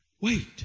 Wait